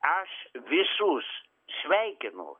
aš visus sveikinu